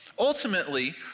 Ultimately